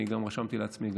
אני גם רשמתי לעצמי,